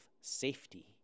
safety